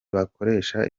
bakoresha